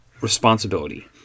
Responsibility